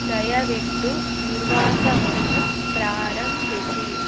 ದಯವಿಟ್ಟು ನಿರ್ವಾತವನ್ನು ಪ್ರಾರಂಭಿಸಿ